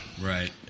Right